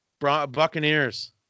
Buccaneers